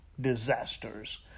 disasters